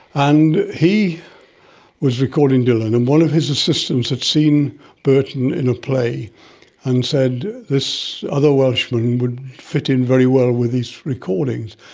and he was recording dylan. and one of his assistants had seen burton in a play and said this other welshman would fit in very well with his recordings.